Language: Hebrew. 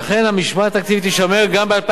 המשמעת התקציבית תישמר גם ב-2013.